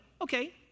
Okay